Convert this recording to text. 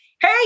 hey